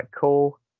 cool